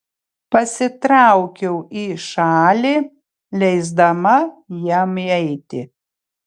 pasitraukiau į šalį leisdama jam įeiti